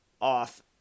off